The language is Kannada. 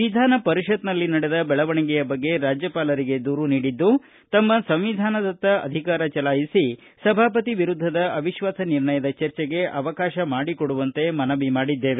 ವಿಧಾನ ಪರಿಷತ್ನಲ್ಲಿ ನಡೆದ ಬೆಳವಣಿಗೆಯ ಬಗ್ಗೆ ರಾಜ್ಯಪಾಲರಿಗೆ ದೂರು ನೀಡಿದ್ದು ತಮ್ಮ ಸಂವಿಧಾನದತ್ತ ಅಧಿಕಾರ ಚಲಾಯಿಸಿ ಸಭಾಪತಿ ವಿರುದ್ಧದ ಅವಿತ್ವಾಸ ನಿರ್ಣಯದ ಚರ್ಚೆಗೆ ಅವಕಾಶ ಮಾಡಿಕೊಡುವಂತೆ ಮನವಿ ಮಾಡಿದ್ದೇವೆ